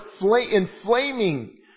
inflaming